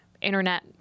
internet